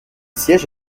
siège